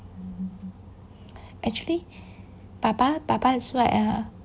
actually papa papa is right ah